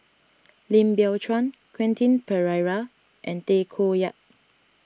Lim Biow Chuan Quentin Pereira and Tay Koh Yat